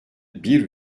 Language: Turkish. bir